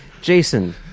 Jason